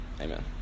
Amen